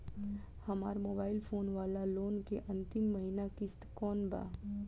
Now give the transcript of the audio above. हमार mobile phone वाला loan के अंतिम महिना किश्त कौन बा?